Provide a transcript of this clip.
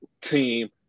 team